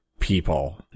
people